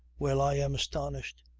well, i am astonished.